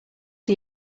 are